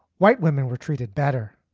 white women were treated better.